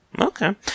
okay